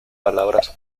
palabras